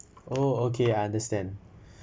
oh okay I understand